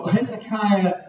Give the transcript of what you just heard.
Hezekiah